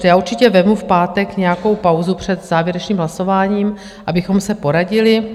Já určitě vezmu v pátek nějakou pauzu před závěrečným hlasováním, abychom se poradili.